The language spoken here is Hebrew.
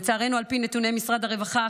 לצערנו, על פי נתוני משרד הרווחה,